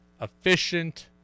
efficient